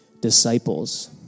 disciples